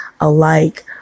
alike